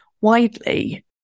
widely